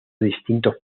distintos